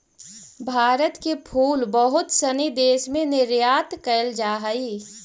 भारत के फूल बहुत सनी देश में निर्यात कैल जा हइ